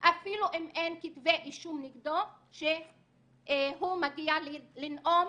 אפילו אם אין כתבי אישום נגדו שהוא מגיע לנאום,